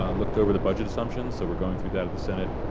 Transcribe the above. um looked over the budget assumptions, so we're going through that at the senate.